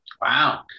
Wow